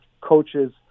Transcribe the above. coaches